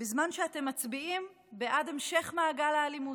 בזמן שאתם מצביעים בעד המשך מעגל האלימות.